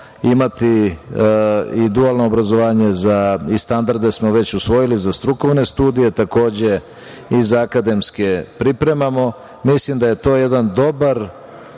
imati i dualno obrazovanje i standarde smo već usvojili za strukovne studije i za akademske pripremamo, i mislim da je to jedan dobar